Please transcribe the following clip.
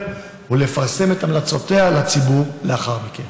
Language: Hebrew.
ולפרסם את המלצותיה לציבור לאחר מכן.